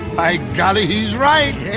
i got it. he's right.